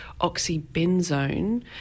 oxybenzone